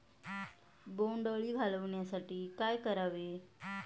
बोंडअळी घालवण्यासाठी काय करावे?